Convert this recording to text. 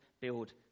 build